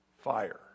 fire